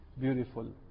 beautiful